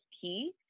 key